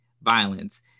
violence